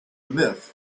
myth